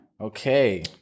Okay